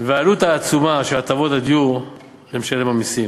והעלות העצומה של ההטבות לדיור למשלם המסים,